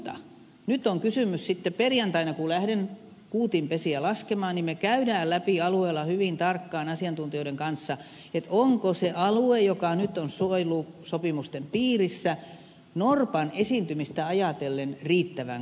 mutta nyt on kysymys sitten perjantaina kun lähden kuutin pesiä laskemaan siitä että me käymme hyvin tarkkaan asiantuntijoiden kanssa alueella läpi sen onko se alue joka nyt on suojelusopimusten piirissä norpan esiintymistä ajatellen riittävän kattava